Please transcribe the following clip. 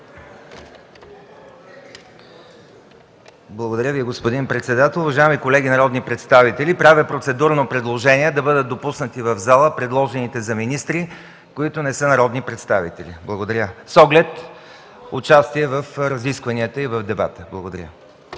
Благодаря Ви, господин председател. Уважаеми колеги народни представители, правя процедурно предложение да бъдат допуснати в залата предложените за министри, които не са народни представители, с оглед участието им в разискванията и дебатите. Благодаря.